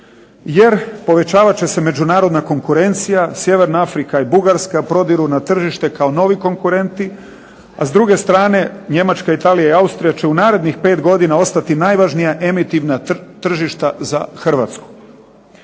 jer povećavat će se međunarodna konkurencija. Sjeverna Afrika i Bugarska prodiru na tržište kao novi konkurenti, a s druge strane Njemačka, Italija i Austrija će u narednih 5 godina ostati najvažnija emitivna tržišta za Hrvatsku.